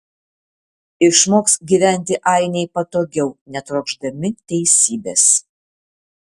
išmoks gyventi ainiai patogiau netrokšdami teisybės